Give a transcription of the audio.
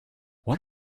what